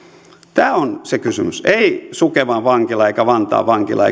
tämä on se kysymys ei sukevan vankila eikä vantaan vankila